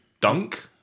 Dunk